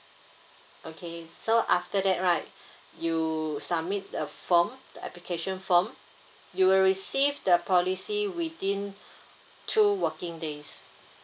okay so after that right you submit the form the application form you will receive the policy within two working days